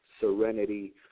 Serenity